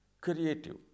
creative